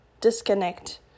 disconnect